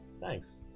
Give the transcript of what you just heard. Thanks